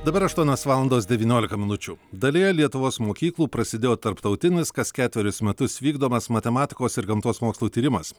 dabar aštuonios valandos devyniolika minučių dalyje lietuvos mokyklų prasidėjo tarptautinis kas ketverius metus vykdomas matematikos ir gamtos mokslų tyrimas